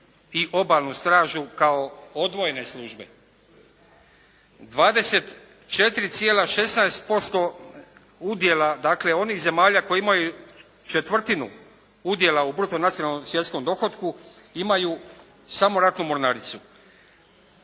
i obalnu stražu kao odvojene službe. 24,16% udjela dakle onih zemalja koje imaju četvrtinu udjela u bruto nacionalnom svjetskom dohotku imaju samo ratnu mornaricu.